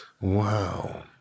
Wow